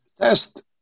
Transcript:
Test